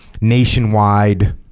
nationwide